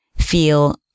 feel